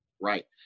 Right